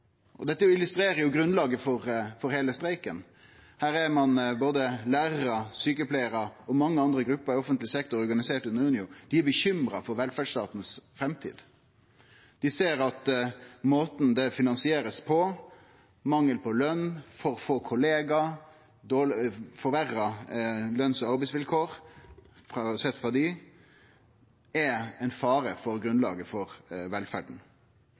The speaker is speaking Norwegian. Dette illustrerer grunnlaget for heile streiken. Både lærarar, sjukepleiarar og mange andre grupper i offentleg sektor organiserte under Unio, er bekymra for velferdsstaten si framtid. Dei ser at måten det blir finansiert på, mangel på lønn, for få kollegaer og forverra lønns- og arbeidsvilkår sett frå deira side, er ein fare for grunnlaget for velferda.